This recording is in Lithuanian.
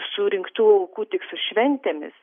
surinktų aukų tik su šventėmis